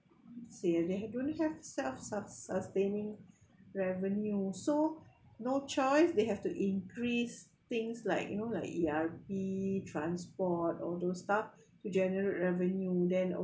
say they don't have self sus~ sustaining revenue so no choice they have to increase things like you know like E_R_P transport all those stuffs to generate revenue then